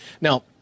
Now